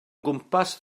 gwmpas